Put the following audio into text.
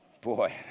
Boy